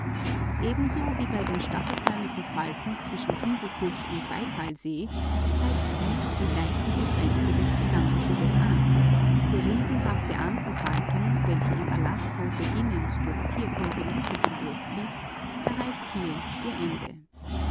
ebenso wie bei den staffelförmigen falten zwischen hindukusch und baikalsee zeigt dies die seitliche grenze des zusammenschubes an die riesenhafte andenfaltung welche in alaska beginnend durch vier erdteile hindurchzieht erreicht hier ihr ende